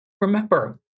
remember